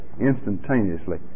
instantaneously